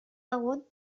hagut